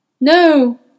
No